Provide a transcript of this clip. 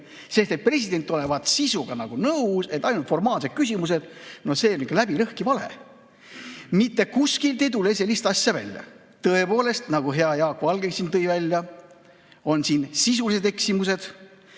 sest president olevat sisuga nagu nõus, et on ainult formaalsed küsimused – no see on ikka läbi ja lõhki vale. Mitte kuskilt ei tule sellist asja välja. Tõepoolest, nagu hea Jaak Valge ütles, on siin sisulised eksimused,